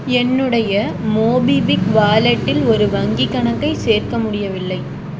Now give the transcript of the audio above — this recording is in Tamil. என்னுடைய மோபிக்விக் வாலெட்டில் ஒரு வங்கிக் கணக்கைச் சேர்க்க முடியவில்லை